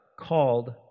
called